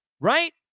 right